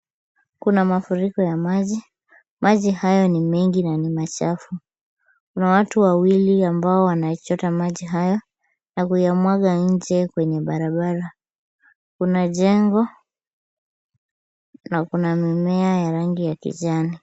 Kuna mafuriko ya maji. Maji haya ni mengi na ni machafu. Kuna watu wawili ambao wanaichota maji haya na kuyamwaga nje kwenye barabara. Kuna jengo na kuna mimea ya rangi ya kijani.